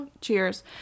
cheers